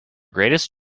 greatest